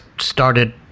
started